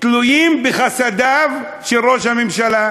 התלויים בחסדיו של ראש הממשלה,